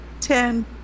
Ten